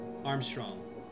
Armstrong